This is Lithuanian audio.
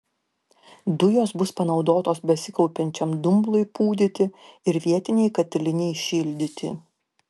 dujos bus panaudotos besikaupiančiam dumblui pūdyti ir vietinei katilinei šildyti